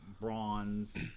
bronze